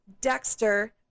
Dexter